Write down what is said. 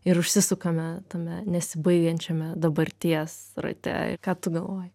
ir užsisukame tame nesibaigiančiame dabarties rate ką tu galvoji